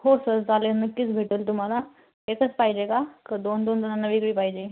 हो सर चालेल नक्कीच भेटेल तुम्हाला एकच पाहिजे का का दोन दोनजणांना वेगळी पाहिजे